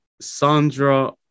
Sandra